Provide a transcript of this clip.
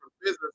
business